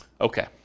Okay